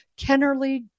Kennerly